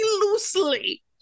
loosely